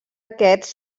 aquests